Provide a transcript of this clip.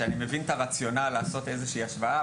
שאני מבין את הרציונל לעשות איזושהי השוואה,